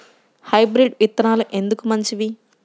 Hybrid విత్తనాలు ఎందుకు మంచివి?